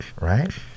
Right